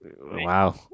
Wow